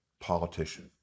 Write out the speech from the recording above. politician